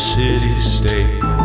city-state